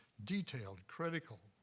detailed, critical,